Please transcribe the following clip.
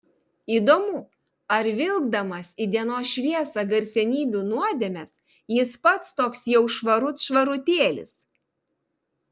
įdomu ar vilkdamas į dienos šviesą garsenybių nuodėmes jis pats toks jau švarut švarutėlis